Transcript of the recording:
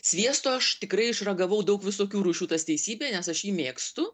sviesto aš tikrai išragavau daug visokių rūšių tas teisybė nes aš jį mėgstu